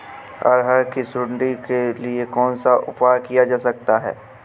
अरहर की सुंडी के लिए कौन सा उपाय किया जा सकता है?